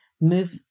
move